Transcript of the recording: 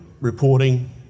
Reporting